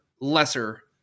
lesser